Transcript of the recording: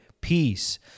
peace